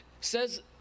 says